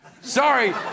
Sorry